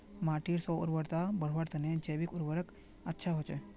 माटीर स्व उर्वरता बढ़वार तने जैविक उर्वरक अच्छा होचे